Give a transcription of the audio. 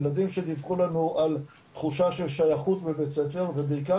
ילדים שדיווחו לנו על תחושה של שייכות בבית ספר ובעיקר